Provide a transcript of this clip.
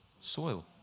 soil